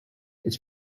its